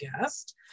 guest